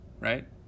right